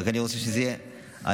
אני רק רוצה שזה יהיה מובהר,